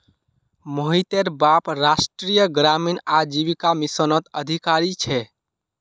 मोहितेर बाप राष्ट्रीय ग्रामीण आजीविका मिशनत अधिकारी छे